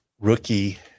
Rookie